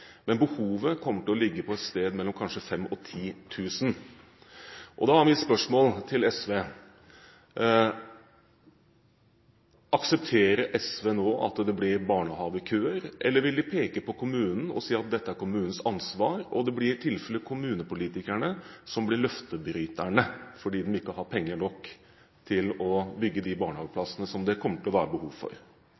men behovet kommer til å ligge et sted mellom 5 000 og 10 000. Da er mitt spørsmål til SV: Aksepterer SV at det nå blir barnehagekøer, eller vil de peke på kommunen og si at dette er kommunens ansvar? Det blir i tilfelle kommunepolitikerne som blir løftebryterne, fordi de ikke har penger nok til å bygge de